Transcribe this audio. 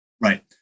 Right